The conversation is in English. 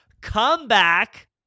comeback